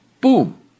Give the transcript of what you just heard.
boom